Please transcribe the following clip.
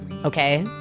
Okay